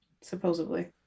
supposedly